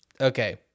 Okay